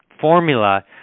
formula